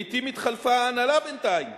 לעתים, התחלפה ההנהלה בינתיים,